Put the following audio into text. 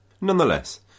Nonetheless